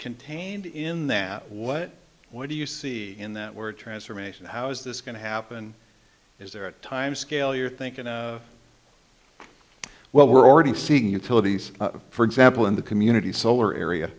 contained in that what what do you see in that word transformation how is this going to happen is there a time scale you're thinking well we're already seeing utilities for example in the community solar